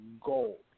gold